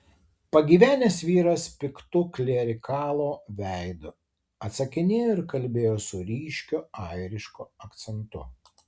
pagyvenęs vyras piktu klerikalo veidu atsakinėjo ir kalbėjo su ryškiu airišku akcentu